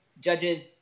Judges